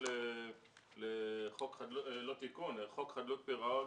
חוק חדלות פירעון,